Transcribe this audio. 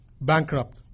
bankrupt